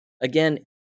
Again